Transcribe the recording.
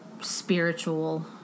spiritual